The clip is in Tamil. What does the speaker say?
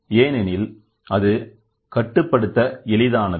ஏனெனில் அது கட்டுப்படுத்த எளிதானது